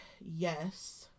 yes